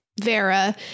Vera